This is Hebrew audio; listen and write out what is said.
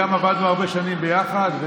גם עבדנו הרבה שנים ביחד,